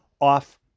off